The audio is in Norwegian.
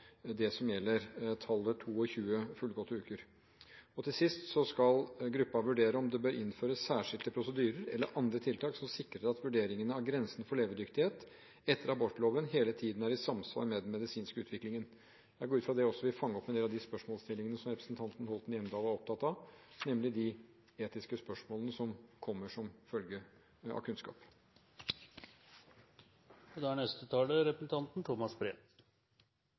det som gjelder tallet 22 fullgåtte uker. Til sist skal gruppen «vurdere om det bør innføres særskilte prosedyrer eller andre tiltak som sikrer at vurderingene av grensen for levedyktighet etter abortloven hele tiden er i samsvar med den medisinske utviklingen». Jeg går ut fra at det også vil fange opp en del av de spørsmålsstillingene som representanten Hjemdal er opptatt av, nemlig de etiske spørsmålene som kommer som følge av kunnskap.